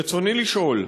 רצוני לשאול: